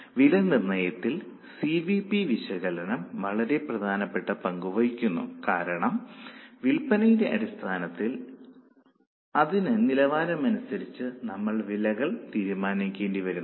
വിലനിർണ്ണയത്തിൽ C V P വിശകലനം വളരെ പ്രധാനപ്പെട്ട പങ്ക് വഹിക്കുന്നു കാരണം വിൽപ്പനയുടെ നിലവാരം അനുസരിച്ച് നമ്മൾ വിലകൾ തീരുമാനിക്കേണ്ടതുണ്ട്